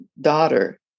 daughter